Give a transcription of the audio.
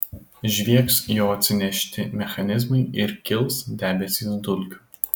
žviegs jo atsinešti mechanizmai ir kils debesys dulkių